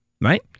right